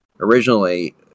originally